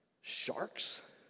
sharks